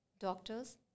Doctors